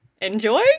enjoy